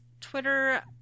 Twitter